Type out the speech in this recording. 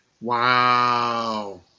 Wow